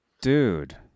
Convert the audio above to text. dude